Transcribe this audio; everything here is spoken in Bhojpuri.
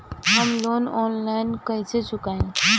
हम लोन आनलाइन कइसे चुकाई?